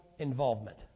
involvement